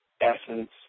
essence